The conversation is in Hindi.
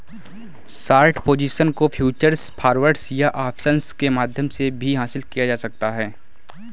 शॉर्ट पोजीशन को फ्यूचर्स, फॉरवर्ड्स या ऑप्शंस के माध्यम से भी हासिल किया जाता है